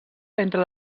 entre